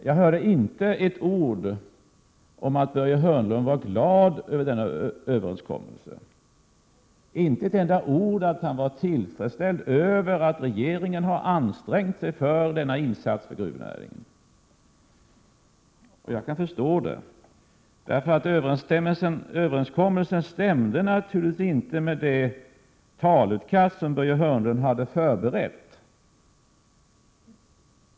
Jag hörde inte ett ord om att Börje Hörnlund var glad över denna överenskommelse, inte ett enda ord om att han var tillfredsställd över att regeringen har ansträngt sig för denna insats för gruvnäringen. Jag kan förstå det. Överenskommelsen stämde naturligtvis inte med det talutkast som Börje Hörnlund hade förberett.